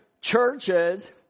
churches